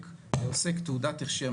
אם זה לא מוצא חן בעיניך --- לא,